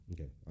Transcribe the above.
Okay